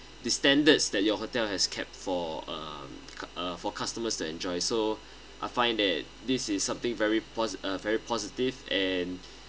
the standards that your hotel has kept for uh uh for customers to enjoy so I find that this is something very po~ uh very positive and